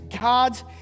god's